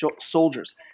soldiers